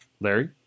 larry